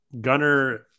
Gunner